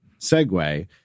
segue